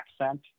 accent